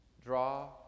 draw